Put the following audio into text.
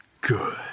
good